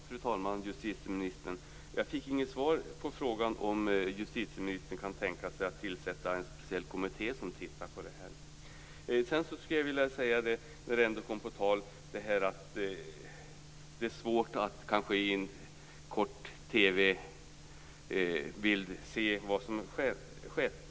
Fru talman! Justitieministern! Jag fick inget svar på frågan om justitieministern kan tänka sig att tillsätta en speciell kommitté för att titta närmare på frågan. Det kanske är svårt att under ett kort TV-inslag se vad som skett.